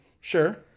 Sure